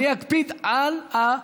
אני אקפיד על הנוסח.